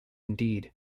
indeed